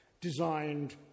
designed